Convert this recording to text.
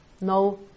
no